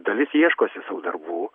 dalis ieškosi sau darbų